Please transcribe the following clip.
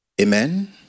Amen